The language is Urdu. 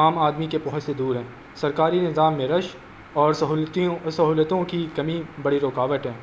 عام آدمی کے پہنچ سے دور ہیں سرکاری نظام میں رش اور سہولتیوں سہولتوں کی کمی بڑی رکاوٹ ہیں